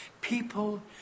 People